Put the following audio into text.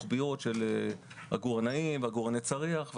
רוחביות של עגורנאים ועגורני צריח.